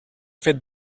fet